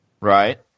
Right